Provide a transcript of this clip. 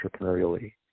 entrepreneurially